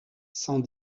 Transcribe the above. cent